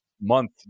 month